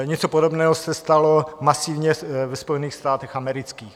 Něco podobného se stalo masivně ve Spojených státech amerických.